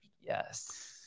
Yes